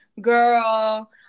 Girl